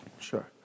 Sure